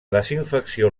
desinfecció